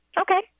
Okay